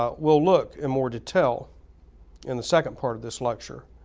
ah we'll look in more detail in the second part of this lecture,